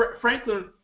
Franklin